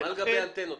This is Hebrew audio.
מה לגבי האנטנות?